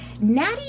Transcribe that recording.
Natty